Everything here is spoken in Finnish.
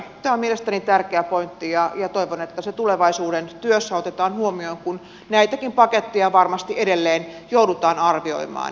tämä on mielestäni tärkeä pointti ja toivon että se tulevaisuuden työssä otetaan huomioon kun näitäkin paketteja varmasti edelleen joudutaan arvioimaan